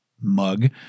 mug